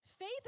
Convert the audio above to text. Faith